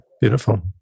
Beautiful